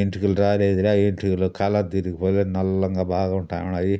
ఎంటుకులు రాలేదిలే ఎంటుకులు కలర్ తిరిగి పోదు నల్లంగా బాగా ఉంటా ఉన్నాయి